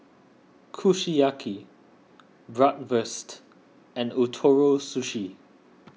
Kushiyaki Bratwurst and Ootoro Sushi